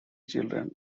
children